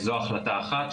זו החלטה אחת,